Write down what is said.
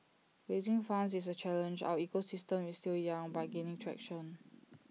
raising funds is A challenge our ecosystem is still young but gaining traction